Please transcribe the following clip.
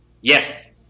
yes